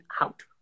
out